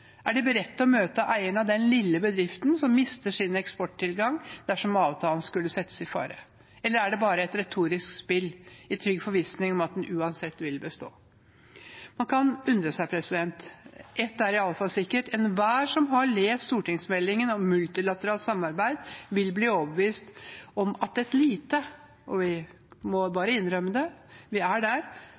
Er de beredt til å møte eieren av den lille bedriften som mister sin eksporttilgang dersom avtalen skulle settes i fare? Eller er det bare et retorisk spill, i trygg forvissning om at den uansett vil bestå? Man kan undre seg. Ett er i alle fall sikkert: Enhver som har lest stortingsmeldingen om multilateralt samarbeid, vil bli overbevist om at et lite – vi må bare innrømme at vi er